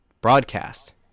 broadcast